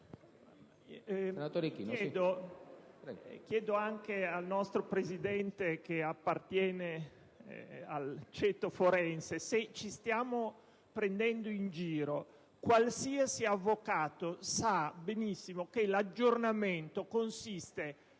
chiedo anche a lei, che appartiene al ceto forense, se ci stiamo prendendo in giro. Qualsiasi avvocato sa benissimo che l'aggiornamento professionale,